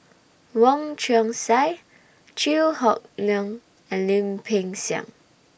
Wong Chong Sai Chew Hock Leong and Lim Peng Siang